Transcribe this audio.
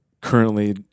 currently